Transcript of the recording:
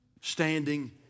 standing